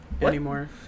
anymore